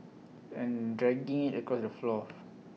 and dragging IT across the floor